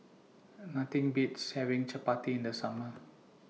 Nothing Beats having Chapati in The Summer